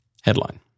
Headline